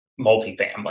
multifamily